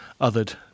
othered